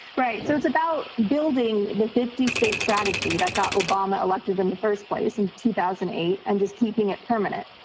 right. so it's about building the fifty state strategy that got obama elected in the first place in two thousand and eight, and just keeping it permanent,